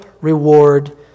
reward